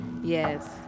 Yes